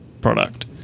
product